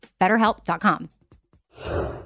BetterHelp.com